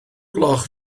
gloch